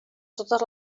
totes